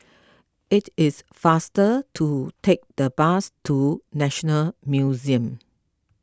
it is faster to take the bus to National Museum